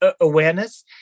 awareness